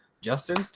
Justin